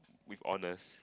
with honours